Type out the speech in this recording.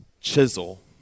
chisel